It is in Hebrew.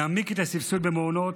נעמיק את הסבסוד במעונות.